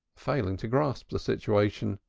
failing to grasp the situation.